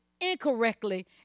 incorrectly